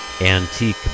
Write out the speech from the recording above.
Antique